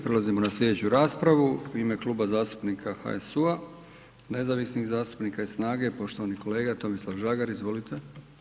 Prelazimo na slijedeću raspravu, u ime Kluba zastupnika HSU-a, nezavisnih zastupnika i SNAGA-e, poštovani kolega Tomislav Žagar, izvolite.